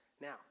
Now